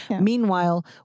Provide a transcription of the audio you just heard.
Meanwhile